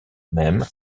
même